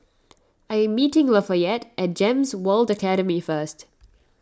I am meeting Lafayette at Gems World Academy first